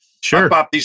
Sure